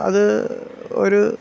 അത് ഒര്